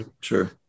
Sure